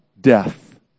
death